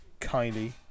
Kylie